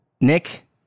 Nick